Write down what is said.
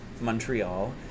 Montreal